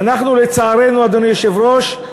ואנחנו, לצערנו, אדוני היושב-ראש,